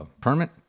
permit